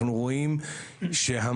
אנחנו רואים שהמון,